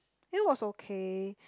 it was okay